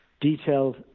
detailed